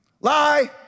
Lie